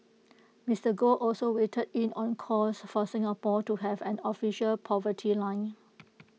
Mister Goh also weighed in on calls for Singapore to have an official poverty line